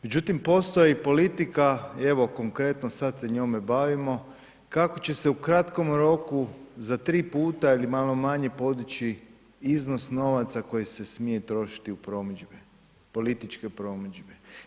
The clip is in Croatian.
Međutim, postoji politika evo konkretno sad se njome bavimo kako će se u kratkom roku, za 3 puta ili malo manje podići iznos novaca koji se smije trošiti u promidžbe, političke promidžbe.